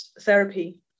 therapy